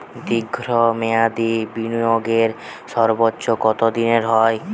দীর্ঘ মেয়াদি বিনিয়োগের সর্বোচ্চ কত দিনের হয়?